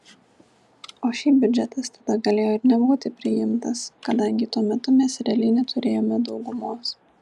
o šiaip biudžetas tada galėjo ir nebūti priimtas kadangi tuo metu mes realiai neturėjome daugumos